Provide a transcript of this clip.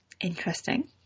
interesting